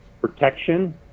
protection